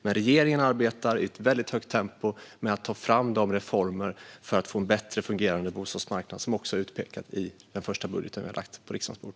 Men regeringen arbetar i ett väldigt högt tempo med att ta fram de reformer för att få en bättre fungerande bostadsmarknad som har utpekats i den första budget som vi har lagt på riksdagens bord.